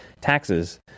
taxes